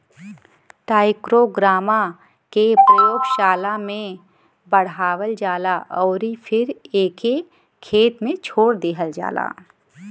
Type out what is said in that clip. trichogramma के प्रयोगशाला में बढ़ावल जाला अउरी फिर एके खेत में छोड़ देहल जाला